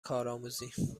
کارآموزی